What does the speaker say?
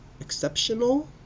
exceptional